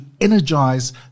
energize